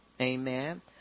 Amen